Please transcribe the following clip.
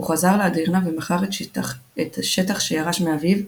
הוא חזר לאדירנה ומכר את שטח שירש מאביו,